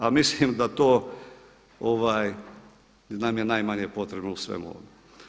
Pa mislim da to, nam je najmanje potrebno u svemu ovome.